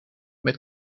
met